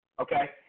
okay